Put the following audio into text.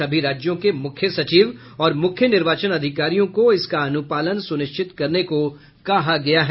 सभी राज्यों के मुख्य सचिव और मुख्य निर्वाचन अधिकारियों को इसका अनुपालन सुनिश्चित करने को कहा गया है